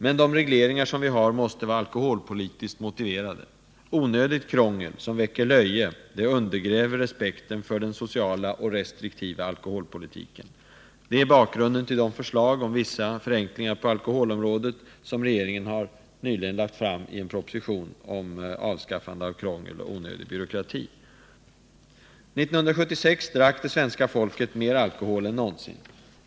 Men de regleringar som vi har måste vara alkoholpolitiskt motiverade. Onödigt krångel, som väcker löje, undergräver respekten för den sociala och restriktiva alkoholpolitiken. Det är bakgrunden till de förslag om vissa förenklingar på alkoholpolitikens område som regeringen nyligen har lagt fram i propositionen om avskaffande av krångel och onödig byråkrati. År 1976 drack svenska folket mer alkohol än någonsin.